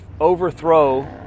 overthrow